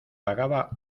pagaba